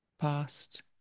past